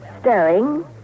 stirring